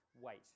weight